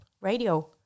radio